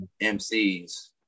MCs